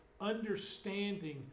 understanding